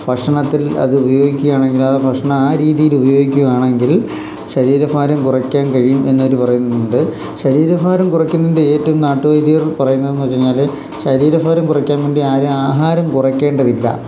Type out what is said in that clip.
ഭക്ഷണത്തിൽ അത് ഉപയോഗിക്കുകയാണെങ്കിൽ ആ ഭക്ഷണം ആ രീതിയിൽ ഉപയോഗിക്കുകയാണെങ്കിൽ ശരീരഭാരം കുറയ്ക്കാൻ കഴിയും എന്നവര് പറയുന്നുണ്ട് ശരീരഭാരം കുറയ്ക്കുന്നതിന്റെ ഏറ്റവും നാട്ടുവൈദ്യര് പറയുന്നതെന്നുവച്ചുകഴിഞ്ഞാല് ശരീരഭാരം കുറയ്ക്കാൻ വേണ്ടി ആരും ആഹാരം കുറയ്ക്കേണ്ടതില്ല